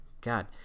god